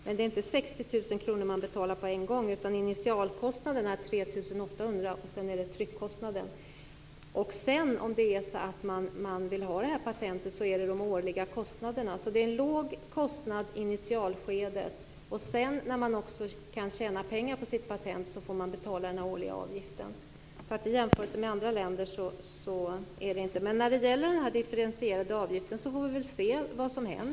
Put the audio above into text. Men 60 000 kr skall inte betalas på en gång. Initialkostnaden är 3 800, sedan är det tryckkostnaden. Om man vill ha patentet tillkommer årliga kostnader. Det är en låg kostnad i initialskedet. När man sedan kan tjäna pengar på sitt patent får man betala en årlig avgift. I jämförelse med andra länder är det inte mycket. Vi får se vad som kommer att hända med den differentierade avgiften.